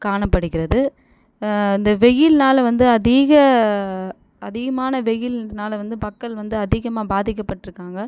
காணப்படுகிறது இந்த வெயில்னால் வந்து அதிக அதிகமான வெயில்னால் வந்து மக்கள் வந்து அதிகமாக பாதிக்கப்பட்டுருக்காங்க